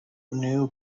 new